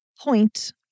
point